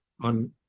on